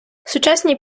сучасні